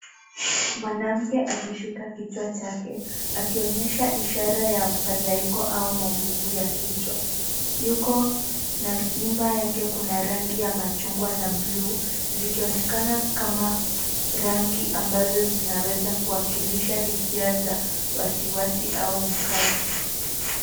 Mwanamke akishika kichwa chake, akionyesha ishara ya mfadhaiko au maumivu ya kichwa. Yuko na nyuma yake kuna rangi ya machungwa na [c] blue , zikionekana kama rangi ambazo zinaweza kuwakilisha hisia za wasiwasi au mkazo.